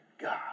God